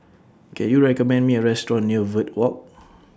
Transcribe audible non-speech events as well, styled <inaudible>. Can YOU recommend Me A Restaurant near Verde Walk <noise>